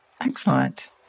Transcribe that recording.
Excellent